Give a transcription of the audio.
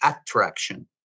attraction